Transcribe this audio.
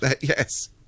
Yes